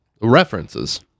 references